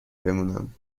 بمونم